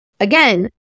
Again